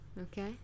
Okay